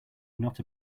not